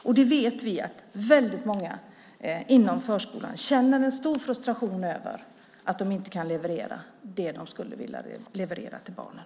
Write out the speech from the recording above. Vi vet att väldigt många inom förskolan känner en stor frustration över att inte kunna leverera det de skulle vilja leverera till barnen.